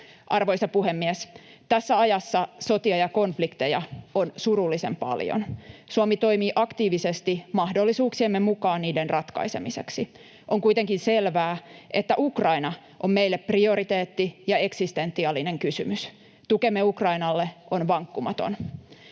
Arvoisa puhemies! Tässä ajassa sotia ja konflikteja on surullisen paljon. Suomi toimii aktiivisesti mahdollisuuksiemme mukaan niiden ratkaisemiseksi. On kuitenkin selvää, että Ukraina on meille prioriteetti ja eksistentiaalinen kysymys. Tukemme Ukrainalle on vankkumaton.